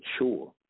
mature